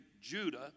Judah